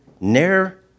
ne'er